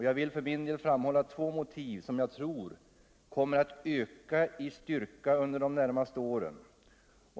Jag vill för min del framhålla två motiv som jag tror kommer att öka i styrka under de närmaste åren.